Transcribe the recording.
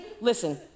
Listen